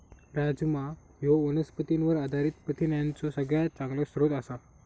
राजमा ह्यो वनस्पतींवर आधारित प्रथिनांचो सगळ्यात चांगलो स्रोत आसा